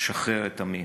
שחרר את עמי,